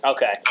Okay